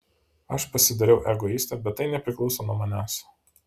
aš pasidarau egoistė bet tai nepriklauso nuo manęs